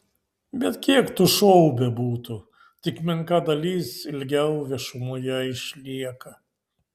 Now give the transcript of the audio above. bet kiek tų šou bebūtų tik menka dalis ilgiau viešumoje išlieka